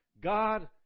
God